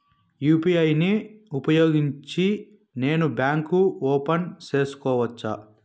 UPI ను ఉపయోగించి నేను బ్యాంకు ఓపెన్ సేసుకోవచ్చా?